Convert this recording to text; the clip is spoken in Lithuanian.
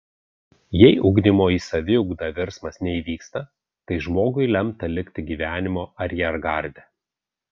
jei ugdymo į saviugdą virsmas neįvyksta tai žmogui lemta likti gyvenimo ariergarde